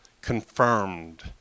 Confirmed